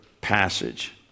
passage